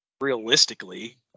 realistically